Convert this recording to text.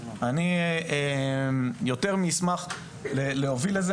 אני אשמח להוביל את זה.